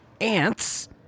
ants